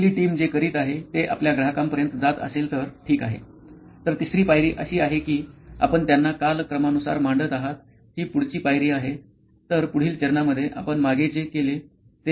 आपली टीम जे करीत आहे ते आपल्या ग्राहकांपर्यंत जात असेल तर ठीक आहे तर तिसरी पायरी अशी आहे की आपण त्यांना कालक्रमानुसार मांडत आहात ही पुढची पायरी आहे तर पुढील चरणामध्ये आपण मागे जे केले तेच पाहणार आहोत